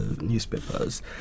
newspapers